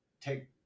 take